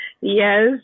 Yes